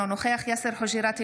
אינו נוכח יאסר חוג'יראת,